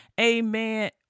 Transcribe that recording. amen